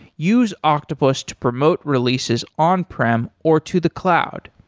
use octopus to promote releases on prem or to the cloud.